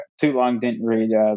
too-long-didn't-read